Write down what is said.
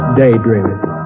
daydreaming